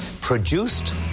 produced